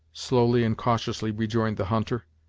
slowly and cautiously rejoined the hunter.